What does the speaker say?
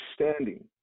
understanding